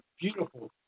beautiful